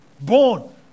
born